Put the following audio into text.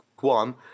One